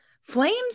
flames